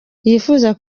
yifuza